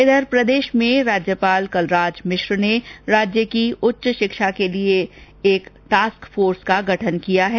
इधर प्रदेश में राज्यपाल कलराज मिश्र ने राज्य की उच्च शिक्षा के लिए एक टास्क फोर्स का गठन किया है